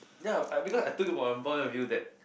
ya because I told you about my point of view that